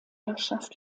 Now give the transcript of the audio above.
herrschaft